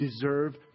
deserve